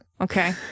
okay